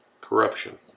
corruption